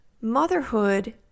Motherhood